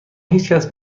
هیچکس